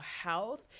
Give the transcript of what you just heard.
health